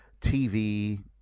TV